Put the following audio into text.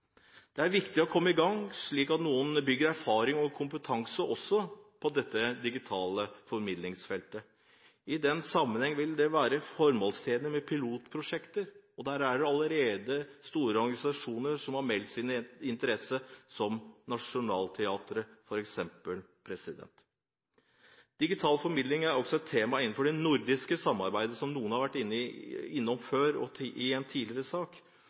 Det er viktig å komme i gang, slik at noen bygger erfaring og kompetanse også på dette digitale formidlingsfeltet. I den sammenheng vil det være formålstjenlig med pilotprosjekter. Der er det allerede store organisasjoner som har meldt sin interesse, som f.eks. Nationaltheatret. Digital formidling er også tema innenfor det nordiske samarbeidet, som noen har vært innom i en tidligere sak.